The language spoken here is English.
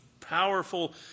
powerful